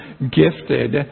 gifted